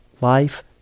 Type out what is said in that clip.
life